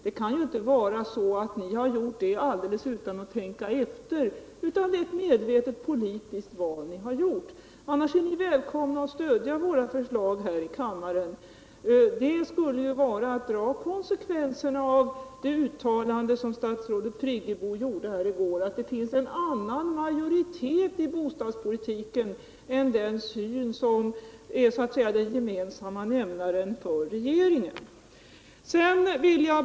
Det kan ju inte vara så att ni gjort det alldeles utan att tänka efter, utan det är ett medvetet politiskt val ni gjort. Annars är ni välkomna att här i kammaren stödja våra förslag. Det vore att dra konsekvenserna av statsrådet Friggebos uttalande att det finns majoritet för en annan bostadspolitik än den syn som så att säga är den gemensamma nämnaren för regeringen.